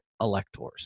electors